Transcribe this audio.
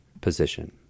position